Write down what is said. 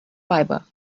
fibre